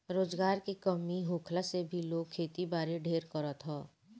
रोजगार के कमी होखला से भी लोग खेती बारी ढेर करत हअ